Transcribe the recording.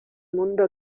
mundo